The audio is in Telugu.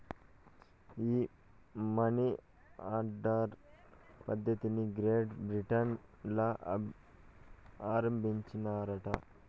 ఈ మనీ ఆర్డర్ పద్ధతిది గ్రేట్ బ్రిటన్ ల ఆరంబించినారట